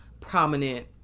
prominent